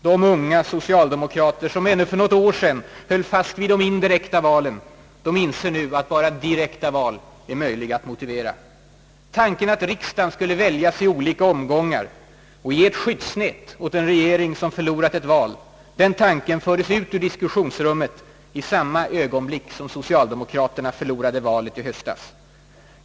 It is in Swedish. De unga socialdemokrater, som ännu för något år sedan höll fast vid de indirekta valen, inser nu att bara direkta val är möjliga att motivera. Tanken att riksdagen skulle väljas i olika omgångar och ge ett skyddsnät åt en regering som förlorat ett val fördes ut ur diskussionsrummet i samma ögonblick som socialdemokraterna förlorade valet i höstas.